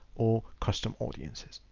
or custom audiences.